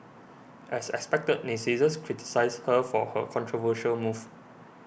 as expected naysayers criticised her for her controversial move